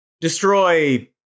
destroy